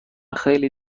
خیلی